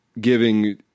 giving